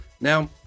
Now